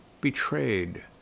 betrayed